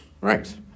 Right